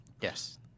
Yes